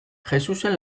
jesusen